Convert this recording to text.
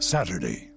Saturday